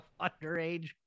underage